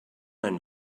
and